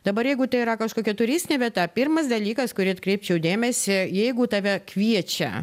dabar jeigu tai yra kažkokia turistinė vieta pirmas dalykas kurį atkreipčiau dėmesį jeigu tave kviečia